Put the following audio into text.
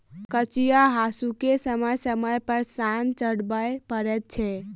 कचिया हासूकेँ समय समय पर सान चढ़बय पड़ैत छै